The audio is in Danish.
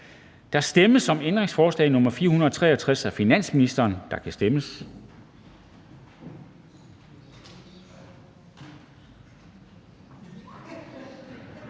Der stemmes om ændringsforslag nr. 463 af finansministeren, og der kan stemmes.